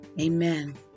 Amen